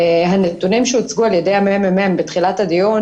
הנתונים שהוצגו על ידי מרכז המחקר בתחילת הדיון,